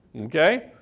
okay